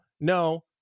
No